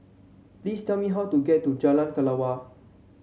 please tell me how to get to Jalan Kelawar